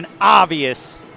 obvious